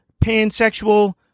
pansexual